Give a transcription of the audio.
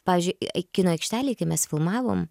pavyzdžiui kino aikštelėj kai mes filmavom